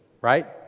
Right